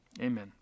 Amen